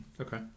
Okay